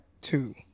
two